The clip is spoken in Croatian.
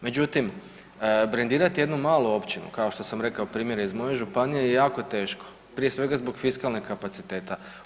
Međutim, brendirati jednu malu općinu kao što sam rekao primjere iz moje županije je jako teško, prije svega zbog fiskalnih kapaciteta.